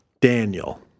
Daniel